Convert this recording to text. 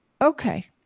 okay